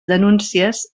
denúncies